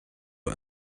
are